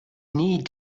need